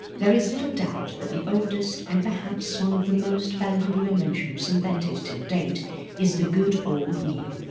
there is little doubt that the oldest, and perhaps one of the most valuable inventions invented till date is the good old wheel,